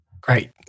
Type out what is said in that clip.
Great